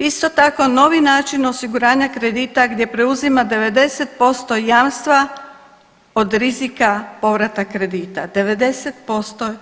Isto tako, novi način osiguranja kredita gdje preuzima 90% jamstva od rizika povrata kredita, 90%